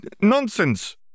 nonsense